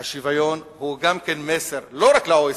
השוויון הוא גם מסר, לא רק ל-OECD,